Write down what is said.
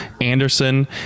Anderson